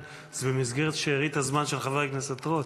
זה במסגרת שארית הזמן של חבר הכנסת רוט,